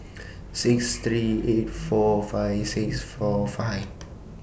six three eight four five six four five